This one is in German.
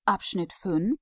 ist in